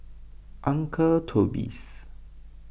Uncle Toby's